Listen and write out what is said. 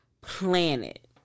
planet